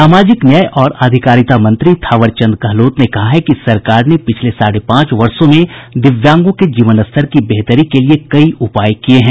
सामाजिक न्याय और आधिकारिता मंत्री थावरचंद गहलोत ने कहा कि सरकार ने पिछले साढे पांच वर्षों में दिव्यांगों के जीवनस्तर की बेहतरी के लिए कई उपाय किये हैं